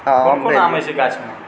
कोन कोन आम अछि गाछमे